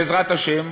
בעזרת השם,